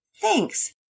Thanks